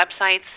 websites